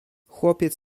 chłopiec